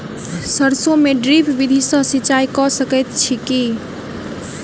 सैरसो मे ड्रिप विधि सँ सिंचाई कऽ सकैत छी की?